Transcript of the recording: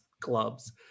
clubs